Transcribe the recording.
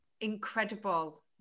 incredible